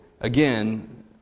again